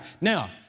Now